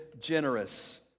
generous